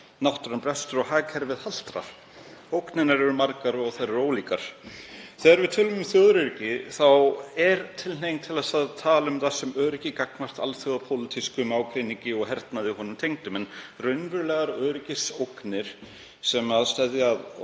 náttúran brestur og hagkerfið haltrar. Ógnirnar eru margar og þær eru ólíkar. Þegar við tölum um þjóðaröryggi þá er tilhneiging til að tala um það sem öryggi gagnvart alþjóðapólitískum ágreiningi og hernaði honum tengdum. En raunverulegar öryggisógnir sem steðja að